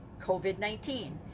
COVID-19